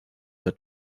der